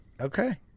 Okay